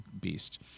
beast